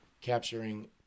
capturing